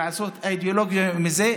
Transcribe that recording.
לעשות אידיאולוגיה מזה,